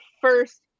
first